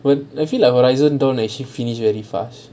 when I feel like horizon don't actually finished very fast